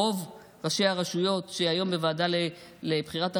רוב ראשי הרשויות שהם היום בוועדה לבחירת הרבנים,